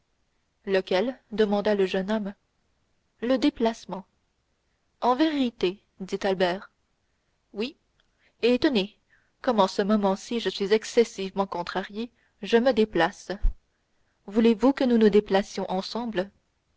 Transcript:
lequel demanda le jeune homme le déplacement en vérité dit albert oui et tenez comme en ce moment-ci je suis excessivement contrarié je me déplace voulez-vous que nous nous déplacions ensemble